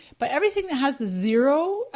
but everything that has the zero,